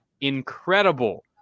incredible